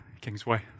Kingsway